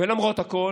ולמרות הכול